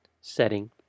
setting